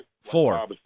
Four